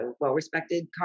well-respected